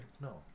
No